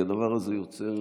כי הדבר הזה יוצר,